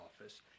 office